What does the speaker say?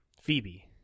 Phoebe